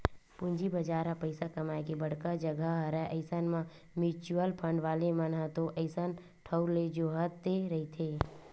पूंजी बजार ह पइसा कमाए के बड़का जघा हरय अइसन म म्युचुअल फंड वाले मन ह तो अइसन ठउर ल जोहते रहिथे